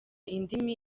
indimi